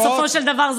בסופו של דבר,